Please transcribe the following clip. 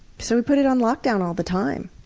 so we put it on lockdown all the time.